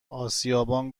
آسیابان